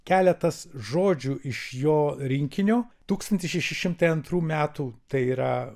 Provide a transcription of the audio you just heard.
keletas žodžių iš jo rinkinio tūkstantis šeši šimtai antrų metų tai yra